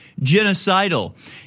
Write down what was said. genocidal